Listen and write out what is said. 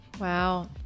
Wow